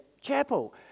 chapel